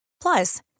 Plus